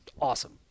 awesome